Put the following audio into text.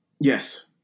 Yes